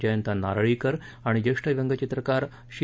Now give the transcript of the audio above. जयंत नारळीकर आणि ज्येष्ठ व्यंगचित्रकार शि